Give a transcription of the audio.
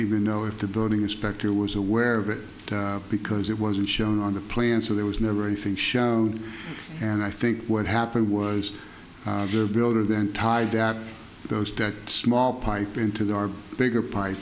even know if the building inspector was aware of it because it wasn't shown on the plant so there was never anything shown and i think what happened was the builder then tied at those that small pipe into there are bigger pi